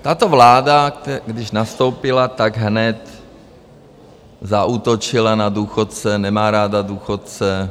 Tato vláda, když nastoupila, tak hned zaútočila na důchodce, nemá ráda důchodce.